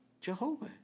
Jehovah